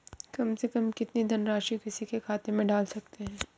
कम से कम कितनी धनराशि किसी के खाते में डाल सकते हैं?